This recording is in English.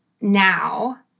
now